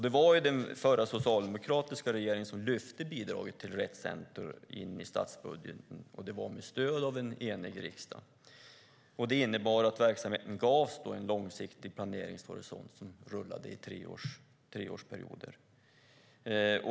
Det var den förra socialdemokratiska regeringen som lyfte bidraget till Rett Center in i statsbudgeten, och det var med stöd av en enig riksdag. Det innebar att verksamheten gavs en långsiktig planeringshorisont som rullade i treårsperioder.